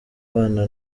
bana